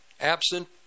absent